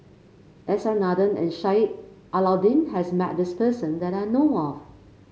S R Nathan and Sheik Alau'ddin has met this person that I know of